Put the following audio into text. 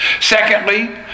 Secondly